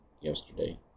yesterday